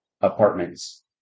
apartments